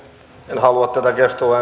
en halua tätä